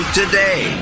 today